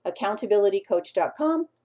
accountabilitycoach.com